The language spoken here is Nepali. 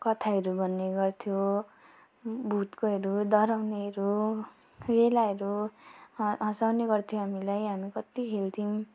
कथाहरू भन्ने गर्थ्यो भूतकोहरू डराउनेहरू खेलाहरू ह हसाउने गर्थ्यो हामीलाई हामी कति खेल्थ्यौँ